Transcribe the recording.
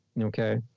okay